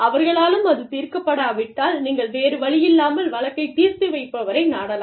அவர்களாலும் அது தீர்க்கப்படாவிட்டால் நீங்கள் வேறு வழி இல்லாமல் வழக்கைத் தீர்த்து வைப்பவரை நாடலாம்